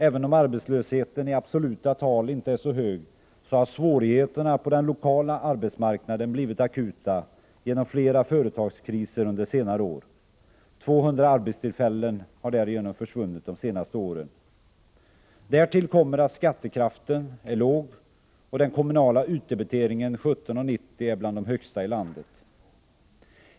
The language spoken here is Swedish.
— Även om arbetslösheten i absoluta tal inte är så hög, har svårigheterna på den lokala arbetsmarknaden blivit akuta genom flera företagskriser under senare år. 200 arbetstillfällen har därigenom försvunnit de senaste åren. Därtill kommer att skattekraften är låg och att den kommunala utdebiteringen — 17:90 kr. — är bland de högsta i landet.